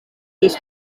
these